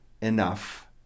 enough